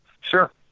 Sure